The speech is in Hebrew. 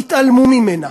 התעלמו ממנה.